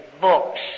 books